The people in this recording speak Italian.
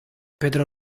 pedro